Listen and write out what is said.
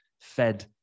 Fed